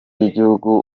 y’igihugu